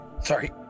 Sorry